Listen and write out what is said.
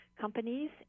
companies